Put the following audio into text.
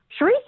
sharice